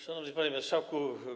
Szanowny Panie Marszałku!